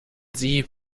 sie